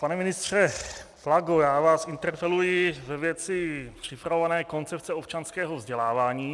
Pane ministře Plago, já vás interpeluji ve věci připravované koncepce občanského vzdělávání.